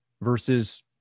versus